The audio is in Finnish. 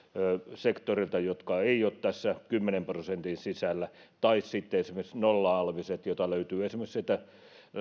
sektorilta joka ei ole tässä kymmenen prosentin sisällä tai sitten esimerkiksi nolla alviset joita löytyy esimerkiksi